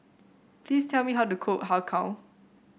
please tell me how to cook Har Kow